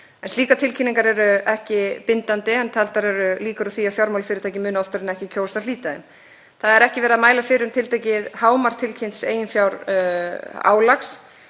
Slíkar tilkynningar eru ekki bindandi en taldar eru líkur á því að fjármálafyrirtækin muni oftar en ekki kjósa að hlíta þeim. Það er ekki verið að mæla fyrir um tiltekið hámark tilkynnts eiginfjárálags.